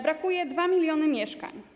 Brakuje 2 mln mieszkań.